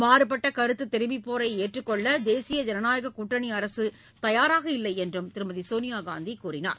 மாறுபட்ட கருத்து தெரிவிப்போரை ஏற்றுக் கொள்ள தேசிய ஜனநாயகக் கூட்டணி அரசு தயாராக இல்லை என்றும் திருமதி சோனியாகாந்தி தெரிவித்தார்